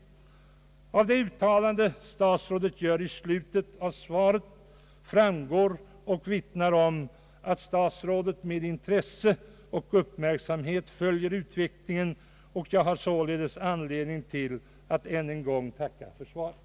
Det uttalande statsrådet gör i slutet av svaret vittnar om att statsrådet med intresse och uppmärksamhet följer utvecklingen. Jag har således anledning att än en gång tacka för svaret.